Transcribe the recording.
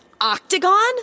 octagon